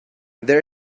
there